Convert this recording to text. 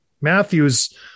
Matthews